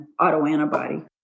autoantibody